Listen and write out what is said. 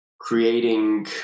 creating